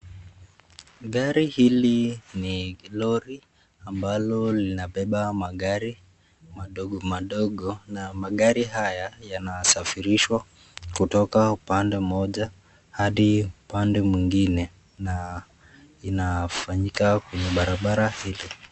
Gari hili ni lori ambalo linabeba magari madogo madogo. Na magari haya yanasafirishwa kutoka upande mmoja hadi upande mwingine. Na inafanyika kwenye barabara hili.